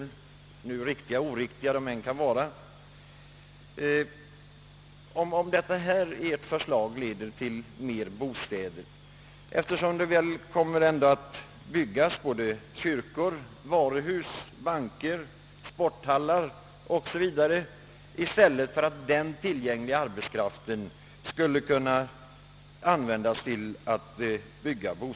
Det är klart att den svenska ungdomen nu frågar sig om detta ert förslag leder till fler bostäder, eftersom det väl — trots en skärpning av byggnadsregleringen — skulle komma att byggas både kyrkor, varuhus, banker, sporthallar och andra liknande byggnader och eftersom det sålunda skulle komma att tas i anspråk arbetskraft som i stället kunde användas för bostadsbyggande.